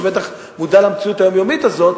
שבטח מודע למציאות היומיומית הזאת,